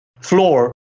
floor